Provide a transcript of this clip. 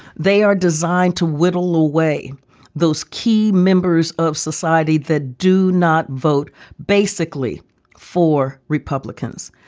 they are designed to whittle away those key members of society that do not vote basically for republicans.